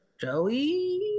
Joey